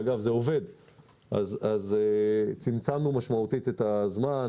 אז צמצמנו משמעותית את הזמן.